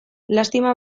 lastima